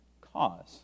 cause